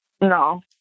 No